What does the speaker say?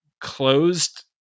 closed